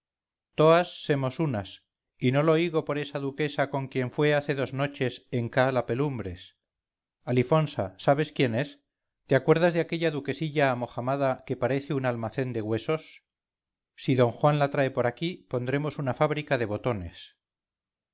toas semos unas y no lo igo por esa duquesa con quien fue hace dos noches en ca la pelumbres alifonsa sabes quién es te acuerdas de aquella duquesilla amojamada que parece un almacén de huesos si d juan la trae por aquí pondremos una fábrica de botones